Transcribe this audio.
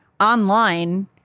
online